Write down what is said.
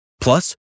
Plus